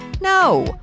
No